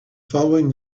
following